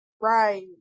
right